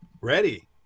Ready